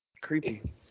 Creepy